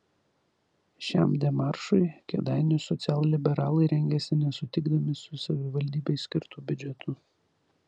šiam demaršui kėdainių socialliberalai rengėsi nesutikdami su savivaldybei skirtu biudžetu